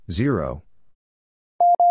zero